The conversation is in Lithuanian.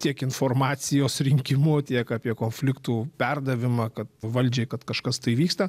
tiek informacijos rinkimu tiek apie konfliktų perdavimą kad valdžiai kad kažkas tai vyksta